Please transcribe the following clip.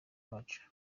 iwacu